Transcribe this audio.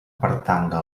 pertanga